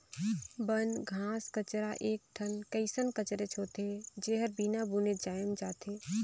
बन, घास कचरा एक ठन कइसन कचरेच होथे, जेहर बिना बुने जायम जाथे